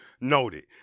Noted